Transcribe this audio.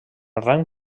rang